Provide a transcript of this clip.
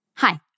Hi